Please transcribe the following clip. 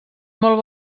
molt